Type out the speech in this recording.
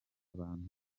abantu